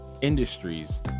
industries